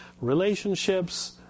relationships